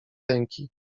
ręki